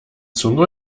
zunge